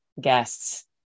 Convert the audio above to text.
guests